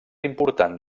important